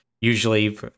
Usually